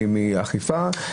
מאכיפה,